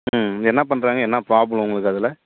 ம் என்னப் பண்ணுறாங்க என்ன ப்ராப்ளம் உங்களுக்கு அதில்